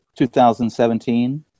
2017